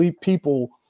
people